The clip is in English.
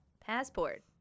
passport